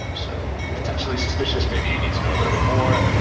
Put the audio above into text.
um so potentially suspicious, maybe you need to know a little bit more.